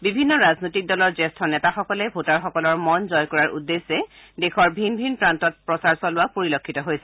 বিভিন্ন ৰাজনৈতিক দলৰ জেষ্ঠ নেতাসকলে ভোটাৰসকলৰ মন জয় কৰাৰ উদ্দেশ্যে দেশৰ ভিন ভিন প্ৰান্তত প্ৰচাৰ চলোৱা পৰিলক্ষিত হৈছে